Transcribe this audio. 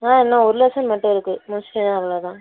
ஆ இன்னும் ஒரு லெசன் மட்டும் இருக்குது முடிச்சிட்டேன்னால் அவ்வளோ தான்